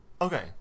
Okay